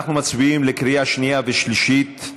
אנחנו מצביעים בקריאה שנייה ושלישית,